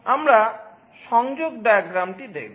আমরা সংযোগ ডায়াগ্রামটা দেখব